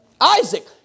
Isaac